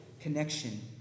connection